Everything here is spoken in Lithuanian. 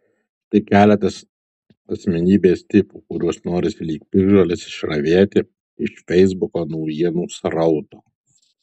štai keletas asmenybės tipų kuriuos norisi lyg piktžoles išravėti iš feisbuko naujienų srauto